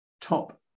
top